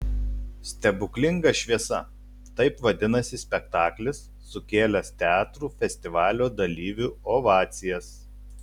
stebuklinga šviesa taip vadinasi spektaklis sukėlęs teatrų festivalio dalyvių ovacijas